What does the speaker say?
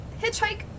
hitchhike